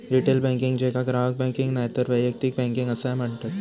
retail banking, जेका ग्राहक banking नायतर वैयक्तिक बँकिंग असाय म्हणतत